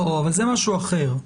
אבל זה משהו אחר.